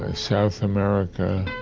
ah south america,